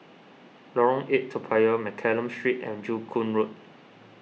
Lorong eight Toa Payoh Mccallum Street and Joo Koon Road